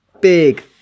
big